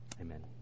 Amen